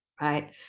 right